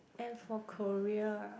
and for Korea ah